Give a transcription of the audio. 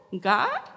God